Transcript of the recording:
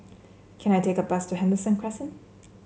can I take a bus to Henderson Crescent